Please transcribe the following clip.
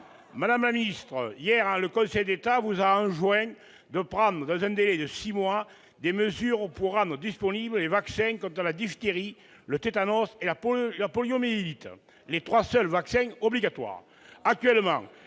de la santé. Hier, le Conseil d'État a enjoint au Gouvernement de prendre, dans un délai de six mois, des mesures pour rendre disponibles les vaccins contre la diphtérie, le tétanos et la poliomyélite, les trois seuls vaccins obligatoires. Actuellement